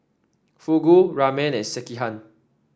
Fugu Ramen and Sekihan